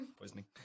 Poisoning